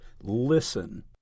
listen